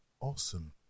Awesome